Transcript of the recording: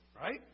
right